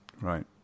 Right